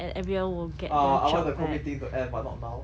ah I want the COVID thing to end but not now